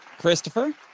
christopher